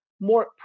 more